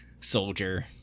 soldier